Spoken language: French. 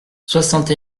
soixante